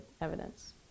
evidence